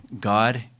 God